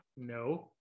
No